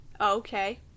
okay